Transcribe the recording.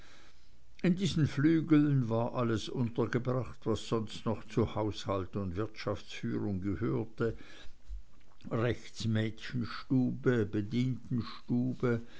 in diesen flügeln war alles untergebracht was sonst noch zu haushalt und wirtschaftsführung gehörte rechts mädchenstube